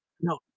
No